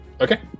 Okay